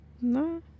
No